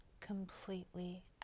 completely